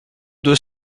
deux